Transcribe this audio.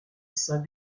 saint